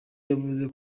yavuze